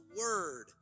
word